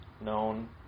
known